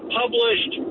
published